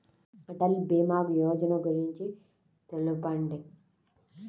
అటల్ భీమా యోజన గురించి తెలుపండి?